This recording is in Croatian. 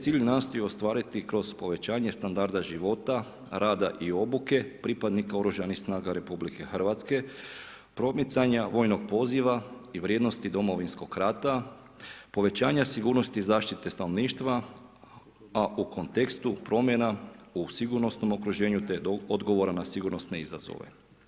Taj se cilj nastoji ostvariti kroz povećanje standarda života, rada i obuke pripadnika Oružanih snaga Republike Hrvatske, promicanja vojnog poziva i vrijednosti Domovinskog rata, povećanja sigurnosti i zaštite stanovništva, a u kontekstu promjena u sigurnosnom okruženju te odgovora na sigurnosne izazove.